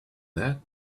that